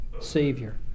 Savior